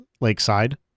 Lakeside